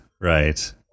Right